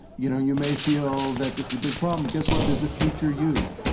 you know, you may feel that this is a big problem. guess what? there's a future you,